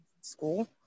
school